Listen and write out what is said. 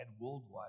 worldwide